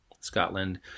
Scotland